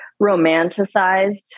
romanticized